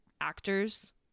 actors